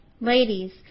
Ladies